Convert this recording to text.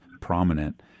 prominent